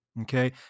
Okay